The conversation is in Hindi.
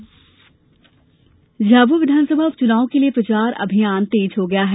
झाबुआ विस उपचुनाव झाबुआ विधानसभा उपच्नाव के लिए प्रचार अभियान तेज हो गया है